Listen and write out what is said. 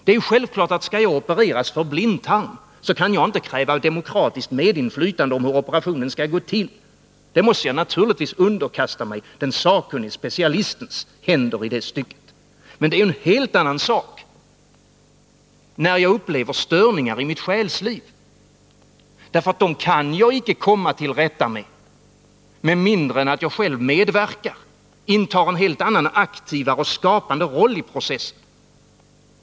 Det är klart att om jag skall opereras för blindtarmsinflammation, så kan jag inte kräva ett demokratiskt medinflytande över hur operationen skall gå till. I det stycket måste jag naturligtvis underkasta mig den sakkunnige specialistens behandling. Men det är ju en helt annan sak när jag upplever störningar i mitt själsliv, därför att dem kan jag icke komma till rätta med med mindre än att jag själv medverkar och intar en helt annan och skapande roll i processen.